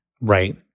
Right